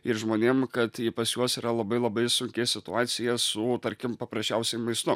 ir žmonėm kad pas juos yra labai labai sunki situacija su tarkim paprasčiausiai maistu